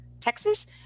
texas